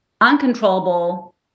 uncontrollable